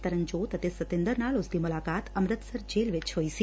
ਤਰਨਜੋਤ ਅਤੇ ਸਤਿੰਦਰ ਨਾਲ ਉਸਦੀ ਮੁਲਾਕਾਤ ਅੰਮ੍ਤਿਸਰ ਜੇਲ੍ਹ ਚ ਹੋਈ ਸੀ